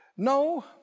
No